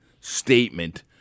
statement